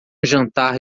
jantar